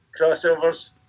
crossovers